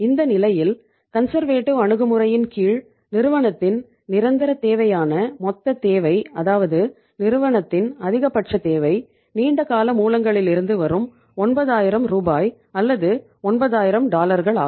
இந்த நிலையில் கன்சர்வேட்டிவ் ஆகும்